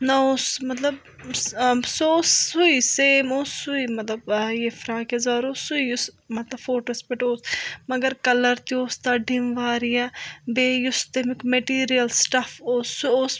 نہَ اوس سُہ مطلب سُہ اوس سُے سیَم اوس سُے مطلب یہِ فراکھ یَزار اوس سُہ یُس مطلب فوٗٹوس پٮ۪ٹھ اوس مگر کَلر تہِ اوس تَتھ ڈِم واریاہ بیٚیہِ یُس تَمیُک مِٹیٖریل سِٹف اوس سُہ اوس